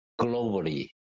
globally